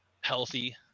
healthy